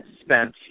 spent